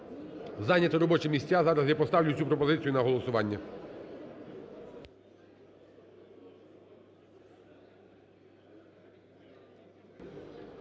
зайняти робочі місця, зараз я поставлю цю пропозицію на голосування.